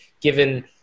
given